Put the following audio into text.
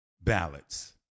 ballots